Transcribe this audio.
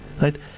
right